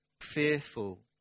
fearful